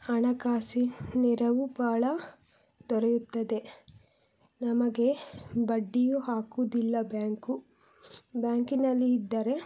ಹಣಕಾಸಿನ ನೆರವು ಭಾಳ ದೊರೆಯುತ್ತದೆ ನಮಗೆ ಬಡ್ಡಿಯು ಹಾಕೋದಿಲ್ಲ ಬ್ಯಾಂಕು ಬ್ಯಾಂಕಿನಲ್ಲಿ ಇದ್ದರೆ